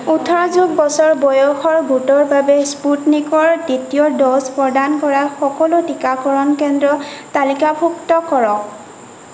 ওঠৰ যোগ বছৰ বয়সৰ গোটৰ বাবে স্পুটনিকৰ দ্বিতীয় ড'জ প্ৰদান কৰা সকলো টিকাকৰণ কেন্দ্ৰ তালিকাভুক্ত কৰক